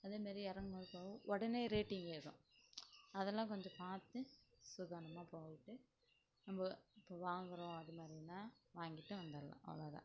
அதே மாரி இறங்குமோது உடனே ரேட்டிங் ஏறும் அதெலாம் கொஞ்சம் பார்த்து சூதானமாக போகவுட்டு நம்ப இப்போ வாங்குகிறோம் அது மாதிரின்னா வாங்கிட்டு வந்திருலாம் அவ்வளோ தான்